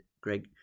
Greg